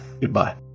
goodbye